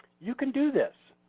you can do this.